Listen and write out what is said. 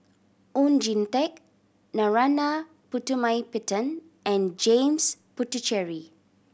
Oon Jin Teik Narana Putumaippittan and James Puthucheary